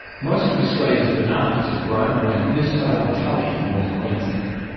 most of australia's bananas are grown around innisfail and tully in north queensland.